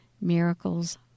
miracles